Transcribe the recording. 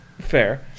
Fair